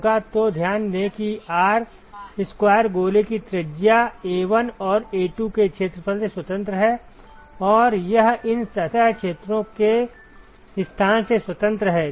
तो ध्यान दें कि R स्क्वायर गोले की त्रिज्या A1 और A2 के क्षेत्रफल से स्वतंत्र है और यह इन सतह क्षेत्रों के स्थान से स्वतंत्र है